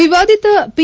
ವಿವಾದಿತ ಪಿ